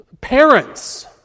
parents